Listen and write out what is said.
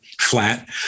flat